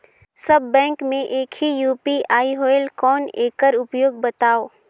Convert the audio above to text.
सब bank मे एक ही यू.पी.आई होएल कौन एकर उपयोग बताव?